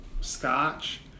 scotch